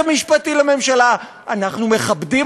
בתמיכה ובאישור של גורמי הממשלה רק שנייה.